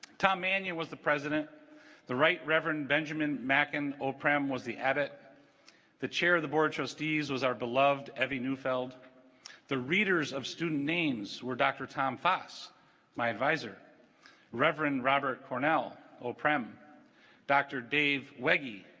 tom mannion was the president the right reverend benjamin mackin oh prom was the habit the chair of the board trustees was our beloved evie neufeld the readers of student names were dr. tom foss my advisor reverend robert cornell oprah me um dr. dave wege the